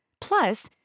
Plus